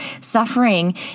Suffering